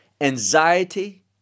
anxiety